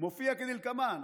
מופיע כדלקמן,